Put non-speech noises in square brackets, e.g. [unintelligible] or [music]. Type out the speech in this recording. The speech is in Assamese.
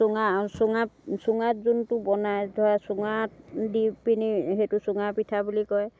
চুঙা চুঙাত চুঙাত যোনটো বনায় [unintelligible] চুঙাত দি পেনি সেইটো চুঙাপিঠা বুলি কয়